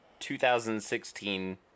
2016